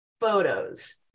photos